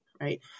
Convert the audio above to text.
right